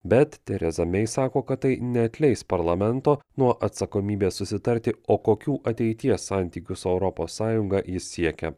bet tereza mei sako kad tai neatleis parlamento nuo atsakomybės susitarti o kokių ateities santykių su europos sąjunga ji siekia